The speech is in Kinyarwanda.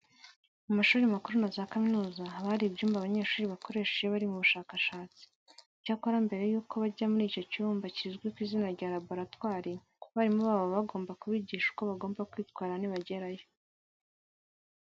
Mu mashuri makuru na za kaminuza haba hari ibyumba abanyeshuri bakoresha iyo bari mu bushakashatsi. Icyakora mbere yuko bajya muri iki cyumba kizwi ku izina rya laboratwari, abarimu babo baba bagomba kubigisha uko bagomba kwitara nibagerayo.